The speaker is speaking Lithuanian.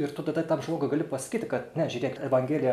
ir tu tada tam žmogui gali pasakyti kad ne žiūrėk evangelija